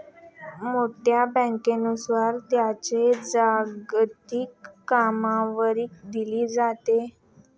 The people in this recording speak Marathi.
मोठ्या बँकांनुसार त्यांची जागतिक क्रमवारी दिली जाते